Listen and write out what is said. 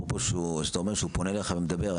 אפרופו שאתה אומר שהוא פונה אליך ומדבר,